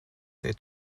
they